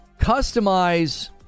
Customize